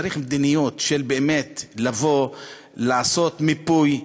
צריך מדיניות של באמת לעשות מיפוי,